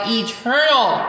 eternal